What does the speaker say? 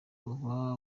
uba